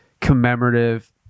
commemorative